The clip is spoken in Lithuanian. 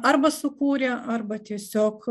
arba sukūrė arba tiesiog